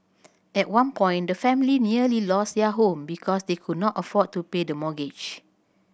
at one point the family nearly lost their home because they could not afford to pay the mortgage